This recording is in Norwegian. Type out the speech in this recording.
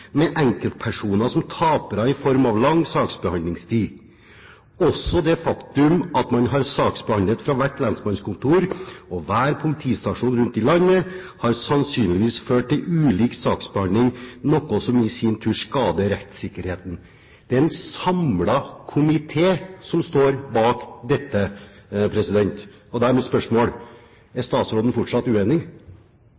med enkeltpersoner som tapere i form av lang saksbehandlingstid. Også det faktum at man har saksbehandlet fra hvert lensmannskontor og hver politistasjon rundt i landet, har sannsynligvis ført til ulik saksbehandling, noe som i sin tur skader rettssikkerheten.» Det er en samlet komité som står bak dette, og da er mitt spørsmål: Er